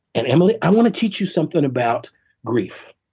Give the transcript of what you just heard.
and emily, i want to teach you something about grief.